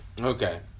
Okay